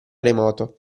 remoto